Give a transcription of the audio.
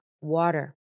water